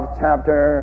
chapter